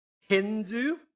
Hindu